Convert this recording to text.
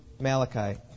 Malachi